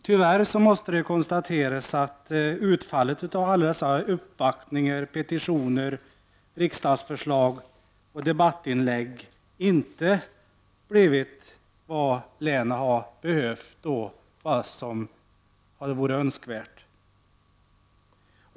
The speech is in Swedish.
Tyvärr är det nödvändigt att konstatera att utfallet av alla uppvaktningar, petitioner, riksdagsförslag och debattinlägg inte har utmynnat i vad länet skulle ha behövt eller vad som hade varit önskvärt.